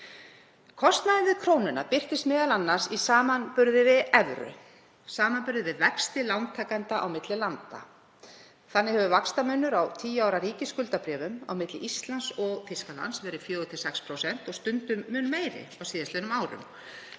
Kostnaður við krónuna birtist m.a. í samanburði við evru, í samanburði við vexti lántakenda á milli landa. Þannig hefur vaxtamunur á tíu ára ríkisskuldabréfum á milli Íslands og Þýskalands verið 4–6% og stundum mun meiri á síðastliðnum árum.